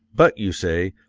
but, you say,